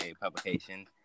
publication